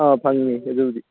ꯑꯥ ꯐꯪꯉꯤ ꯑꯗꯨꯕꯨꯗꯤ